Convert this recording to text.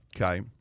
okay